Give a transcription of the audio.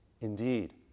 indeed